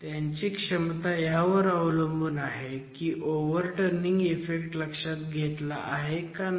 त्यांची क्षमता ह्यावर अवलंबून आहे की ओव्हरटर्निंग इफेक्ट लक्षात घेतला आहे का नाही